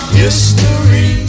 history